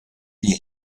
die